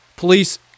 police